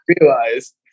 realize